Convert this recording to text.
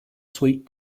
sweet